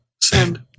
Send